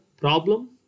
problem